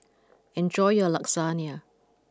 enjoy your Lasagna